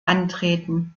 antreten